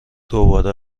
دوباره